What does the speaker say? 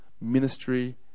ministry